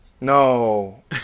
No